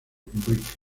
bright